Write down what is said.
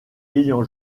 ayant